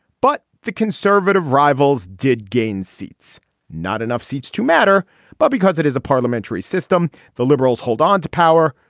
but the conservative rivals did gain seats not enough seats to matter but because it is a parliamentary system. the liberals hold on to power.